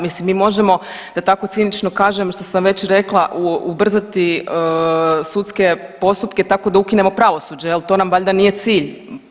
Mislim mi možemo, da tako cinično kažem, što sam već rekla, ubrzati sudske postupke tako da ukinemo pravosuđe, je li, to nam valjda nije cilj.